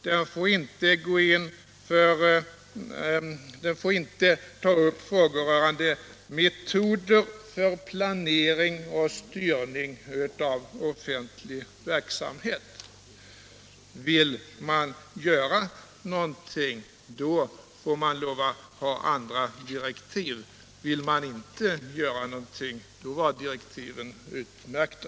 Den får inte ta upp frågor rörande metoder för planering och styrning av offentlig verksamhet. Vill man göra något, då får man lov att ta andra direktiv! Vill man inte göra något, så var direktiven utmärkta!